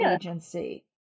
agency